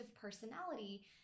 personality